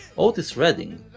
otis redding,